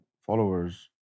followers